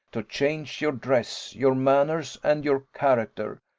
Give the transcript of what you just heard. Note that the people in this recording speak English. to change your dress, your manners, and your character,